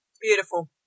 beautiful